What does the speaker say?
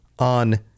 On